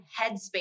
headspace